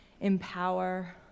Empower